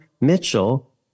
mitchell